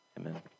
Amen